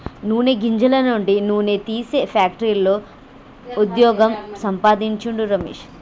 నూనె గింజల నుండి నూనె తీసే ఫ్యాక్టరీలో వుద్యోగం సంపాందించిండు రమేష్